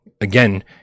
again